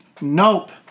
Nope